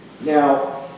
Now